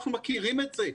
אנחנו מכירים את זה.